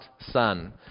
son